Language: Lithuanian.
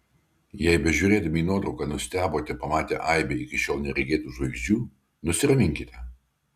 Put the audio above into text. jei bežiūrėdami į nuotrauką nustebote pamatę aibę iki šiol neregėtų žvaigždžių nusiraminkite